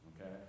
Okay